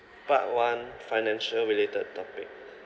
part one financial related topic